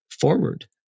forward